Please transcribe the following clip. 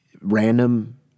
Random